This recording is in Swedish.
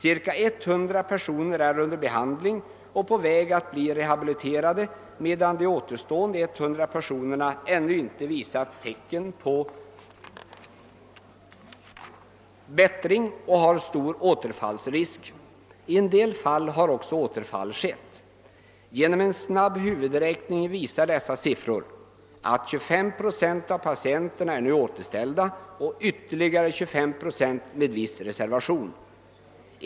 Cirka 100 personer är under behandling och på väg att bli rehabiliterade, medan de återstående 100 personerna ännu inte visat tecken på bättring och har stor återfallsrisk. I en del fall har också återfall skett. Genom en snabb huvudräkning visar dessa siffror, att 25 7 av patienterna är nu återställda och ytterligare 25 7 med viss reservation.